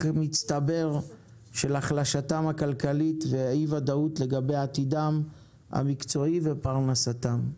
מצטבר של החלשתם הכלכלית וחוסר הוודאות לגבי עתידם המקצועי ופרנסתם.